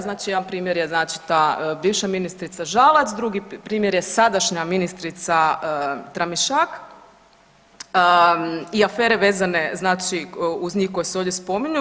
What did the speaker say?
Znači jedan primjer je znači ta bivša ministrica Žalac, drugi primjer je sadašnja ministrica Tramišak i afere vezane znači uz njih koje se ovdje spominju.